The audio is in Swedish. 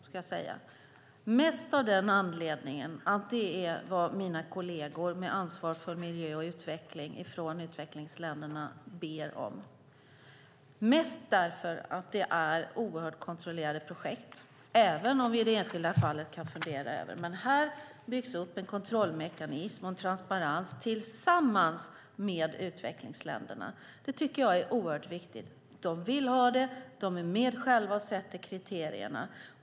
Det är jag mest av den anledningen att det är vad mina kolleger från utvecklingsländerna med ansvar för miljö och utveckling ber om, mest därför att det är oerhört kontrollerade projekt, även om det kan finnas enskilda fall att fundera över. Här byggs det upp en kontrollmekanism och en transparens tillsammans med utvecklingsländerna. Det tycker jag är oerhört viktigt. De vill ha detta, och de är med själva och sätter kriterierna.